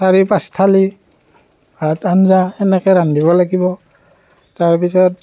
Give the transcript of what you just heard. চাৰি পাঁচ থালী ভাত আঞ্জা এনেকৈ ৰান্ধিব লাগিব তাৰপিছত